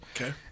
Okay